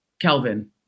Kelvin